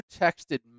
texted